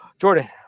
Jordan